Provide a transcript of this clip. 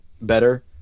better